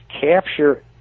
capture